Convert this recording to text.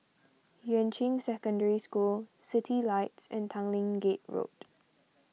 Yuan Ching Secondary School Citylights and Tanglin Gate Road